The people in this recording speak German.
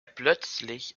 plötzlich